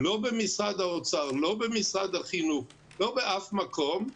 לא במשרד האוצר, לא במשרד החינוך, לא באף מקום,